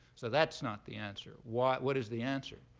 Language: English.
so that's not the answer. what what is the answer?